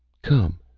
come,